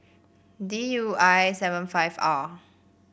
D U I seven five R